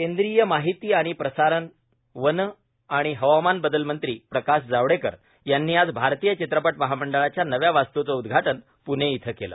केंद्रीय माहिती आणि प्रसारणर वन आणि हवामान बदल मंत्री प्रकाश जावडक्कर यांनी आज भारतीय चित्रपट महामंडळाच्या नव्या वास्तूचं उदघाटन प्णाइथं कालं